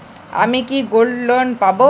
আমি কি gold loan পাবো?